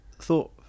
thought